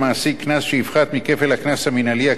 מכפל הקנס המינהלי הקבוע לאותה עבירה,